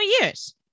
years